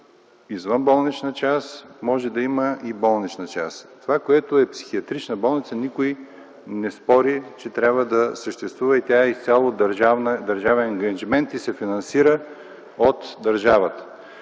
извънболнична част, но може да има и болнична част. Това, което е психиатрична болница – никой не спори, че трябва да съществува. Тя е изцяло държавен ангажимент и се финансира от държавата.